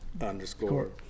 underscore